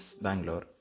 Bangalore